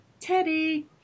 Teddy